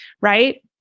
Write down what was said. right